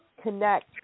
connect